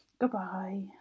Goodbye